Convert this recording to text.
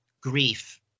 grief